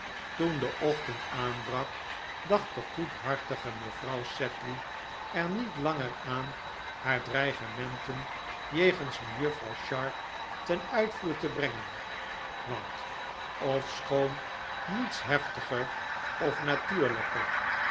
toen de ochtend aanbrak dacht de goedhartige mevrouw sedley er niet langer aan haar dreigementen jegens mejuffrouw sharp ten uitvoer te brengen want ofschoon niets heftiger of natuurlijker